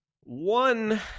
One